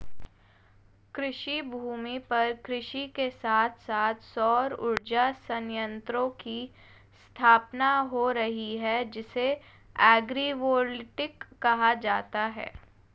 कृषिभूमि पर कृषि के साथ साथ सौर उर्जा संयंत्रों की स्थापना हो रही है जिसे एग्रिवोल्टिक कहा जाता है